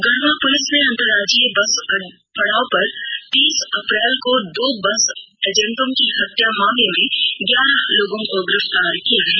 गढ़वा पुलिस ने अंतर्राज्जीय बस पड़ाव पर तीस अप्रैल को दो बस एजेंटों की हत्या मामले में ग्यारह लोगों को गिरफ्तार किया है